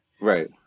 right